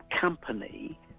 company